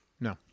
No